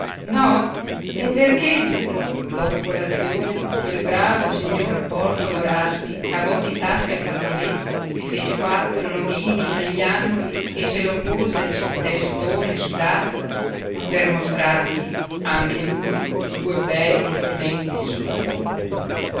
no e perché dunque dopo colazione quel bravo signor bortolo raspi cavò di tasca il fazzoletto vi fece quattro nodini a gli angoli e se lo pose sul testone sudato ma per mostrargli anche lui due bei cornetti su la fronte